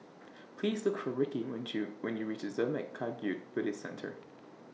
Please Look For Rickey when YOU when YOU REACH Zurmang Kagyud Buddhist Centre